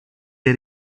dei